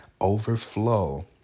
overflow